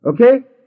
Okay